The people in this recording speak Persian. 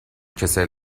کسل